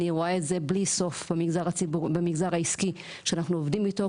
אני רואה את זה בלי סוף במגזר העסקי שאנחנו עובדים איתו.